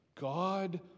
God